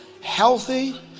healthy